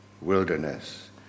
wilderness